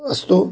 असतो